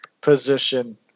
position